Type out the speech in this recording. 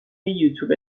یوتوب